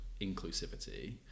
inclusivity